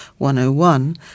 101